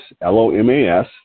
L-O-M-A-S